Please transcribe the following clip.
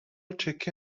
چکه